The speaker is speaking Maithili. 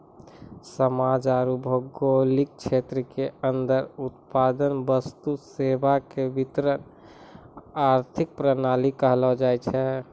समाज आरू भौगोलिक क्षेत्र के अन्दर उत्पादन वस्तु सेवा के वितरण आर्थिक प्रणाली कहलो जायछै